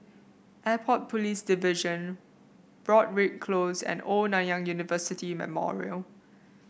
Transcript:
Airport Police Division Broadrick Close and Old Nanyang University Memorial